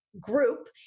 group